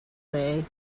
day